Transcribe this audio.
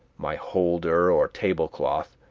my holder, or tablecloth,